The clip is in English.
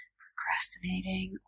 procrastinating